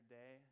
day